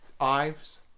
Ives